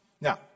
Now